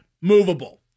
movable